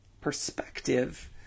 perspective